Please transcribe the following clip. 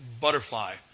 butterfly